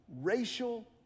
racial